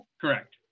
Correct